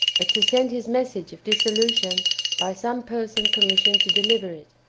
but to send his message of dissolution by some person commissioned to deliver it.